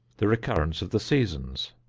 the recurrence of the seasons,